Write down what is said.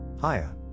Hiya